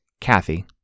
Kathy